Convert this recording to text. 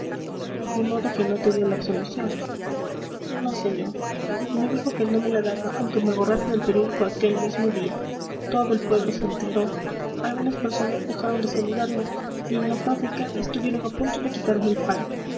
de modo que no te dio la absolución no señor me dijo que no me la daba aunque me borrase del periódico aquel mismo día todo el pueblo se enteró algunas personas dejaron de saludarme y en la fábrica estuvieron a punto de quitarme el pan